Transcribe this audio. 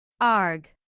Arg